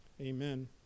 Amen